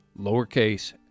lowercase